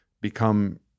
become